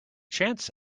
chance